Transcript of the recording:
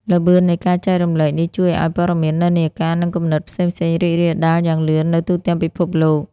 ល្បឿននៃការចែករំលែកនេះជួយឲ្យ ព័ត៌មាន និន្នាការ និង គំនិត ផ្សេងៗ រីករាលដាលយ៉ាងលឿននៅទូទាំងពិភពលោក។